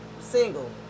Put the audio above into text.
single